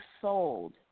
sold